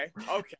okay